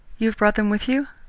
you have brought them with you?